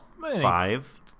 Five